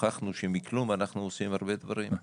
הוכחנו שמכלום אנחנו עושים הרבה דברים.